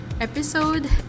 episode